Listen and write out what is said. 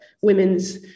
women's